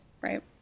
Right